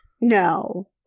No